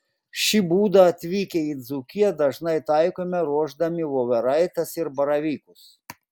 šį būdą atvykę į dzūkiją dažnai taikome ruošdami voveraites ir baravykus